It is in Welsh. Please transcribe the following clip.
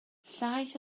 llaeth